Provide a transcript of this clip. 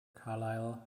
carlisle